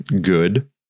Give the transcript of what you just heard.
good